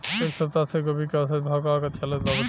एक सप्ताह से गोभी के औसत भाव का चलत बा बताई?